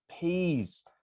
peas